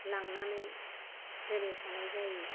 लांनानै दोनहैखानाय जायो